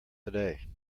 today